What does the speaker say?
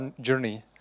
journey